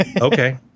Okay